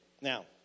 Now